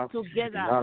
Together